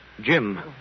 Jim